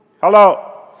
Hello